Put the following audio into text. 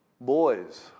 Boys